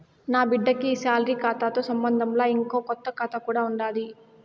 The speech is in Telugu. నాబిడ్డకి ఈ సాలరీ కాతాతో సంబంధంలా, ఇంకో కొత్త కాతా కూడా ఉండాది